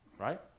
right